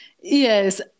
Yes